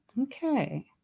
okay